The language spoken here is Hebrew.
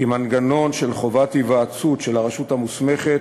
מנגנון של חובת היוועצות של הרשות המוסמכת,